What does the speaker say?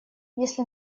если